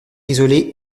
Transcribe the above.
isolée